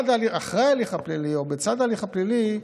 אחרי ההליך הפלילי, או בצד ההליך הפלילי,